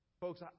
Folks